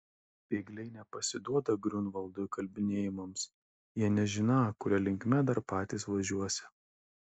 bėgliai nepasiduoda griunvaldo įkalbinėjimams jie nežiną kuria linkme dar patys važiuosią